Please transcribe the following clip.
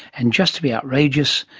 and just to be outrageous,